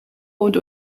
und